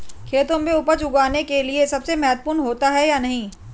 खेतों में उपज उगाने के लिये समय महत्वपूर्ण होता है या नहीं?